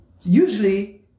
usually